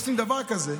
עושים דבר כזה,